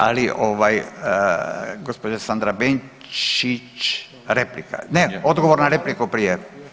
Ali ovaj gospođa Sandra BAnčić replika, ne odgovor na repliku prije.